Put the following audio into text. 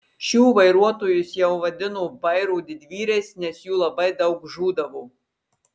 šių vairuotojus jau vadino vairo didvyriais nes jų labai daug žūdavo